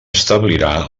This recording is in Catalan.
establirà